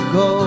go